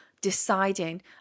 deciding